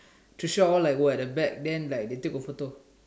Tricia all like were at the back then like they take a photo